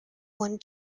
one